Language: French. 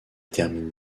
termine